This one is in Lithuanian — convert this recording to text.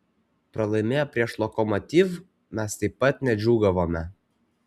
pralaimėję prieš lokomotiv mes taip pat nedžiūgavome